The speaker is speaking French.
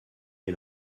des